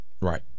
Right